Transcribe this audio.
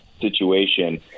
situation